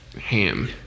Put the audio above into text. ham